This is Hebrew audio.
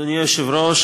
אדוני היושב-ראש,